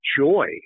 joy